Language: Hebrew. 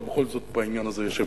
ובכל זאת בעניין הזה יש הבדל.